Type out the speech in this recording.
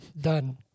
Done